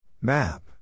Map